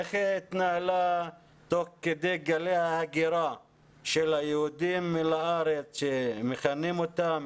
איך היא התנהלה תוך כדי גלי ההגירה של היהודים אל הארץ שמכנים אותם